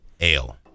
Ale